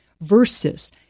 versus